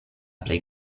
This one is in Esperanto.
plej